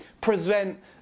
present